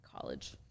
college